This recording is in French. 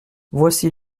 voici